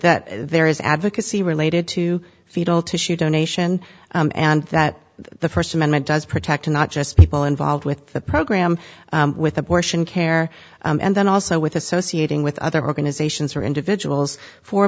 that there is advocacy related to fetal tissue donation and that the first amendment does protect not just people involved with the program with abortion care and then also with associating with other organizations or individuals for